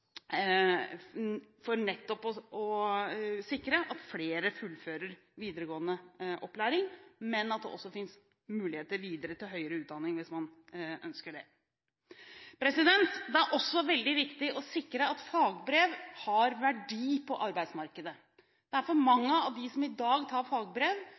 sikre at flere fullfører videregående opplæring, men at det også finnes muligheter videre til høyere utdanning hvis man ønsker det. Det er også veldig viktig å sikre at fagbrev har verdi på arbeidsmarkedet. Det er for mange av dem som i dag tar fagbrev,